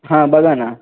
हां बघा ना